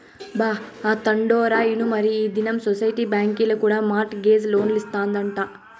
బా, ఆ తండోరా ఇనుమరీ ఈ దినం సొసైటీ బాంకీల కూడా మార్ట్ గేజ్ లోన్లిస్తాదంట